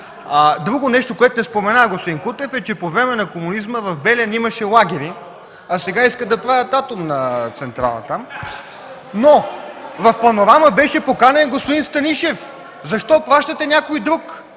Друго нещо, което не спомена господин Кутев – че по време на комунизма в Белене имаше лагери, а сега искат да правят атомна централа там. (Шум и смях.) В „Панорама” беше поканен господин Станишев. Защо пращате някой друг?